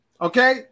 okay